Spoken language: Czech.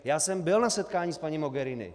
Já jsem byl na setkání s paní Mogherini.